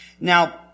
Now